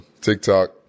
TikTok